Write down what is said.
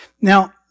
Now